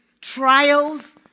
Trials